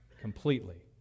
completely